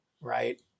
right